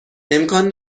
امکان